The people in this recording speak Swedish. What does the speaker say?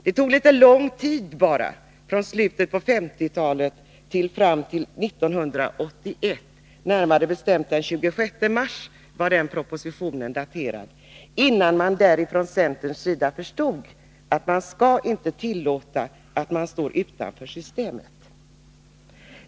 Det tog ganska lång tid — från slutet av 1950-talet till den 26 mars 1981, när denna proposition är daterad — innan man från centerns sida förstod att man inte skall tillåta någon att stå utanför systemet.